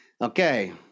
okay